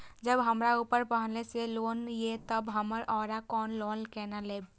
जब हमरा ऊपर पहले से लोन ये तब हम आरो लोन केना लैब?